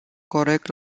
corect